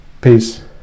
Peace